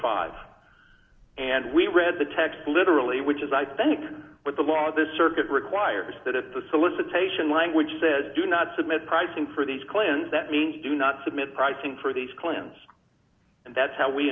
five and we read the text literally which is i think with the law the circuit requires that at the solicitation language says do not submit pricing for these clans that means do not submit pricing for these claims and that's how we